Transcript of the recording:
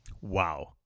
Wow